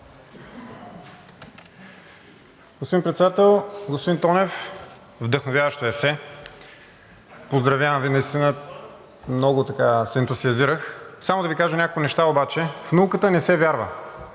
Господин Председател! Господин Тонев, вдъхновяващо есе, поздравявам Ви – много се ентусиазирах. Само да Ви кажа някои неща обаче: в науката не се вярва.